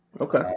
Okay